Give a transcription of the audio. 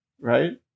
right